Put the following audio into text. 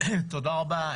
תודה רבה.